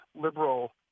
liberal